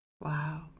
Wow